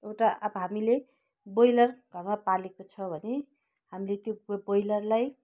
एउटा अब हामीले ब्रोइलर घरमा पालेको छ भने हामीले त्यो ब्रोइलरलाई